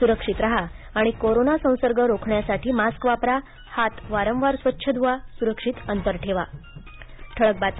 सुक्षित राहा आणि कोरोना संसर्ग रोखण्यासाठी मास्क वापरा हात वारंवार स्वच्छ धुवा आणि सुरक्षित अंतर राखा